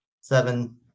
seven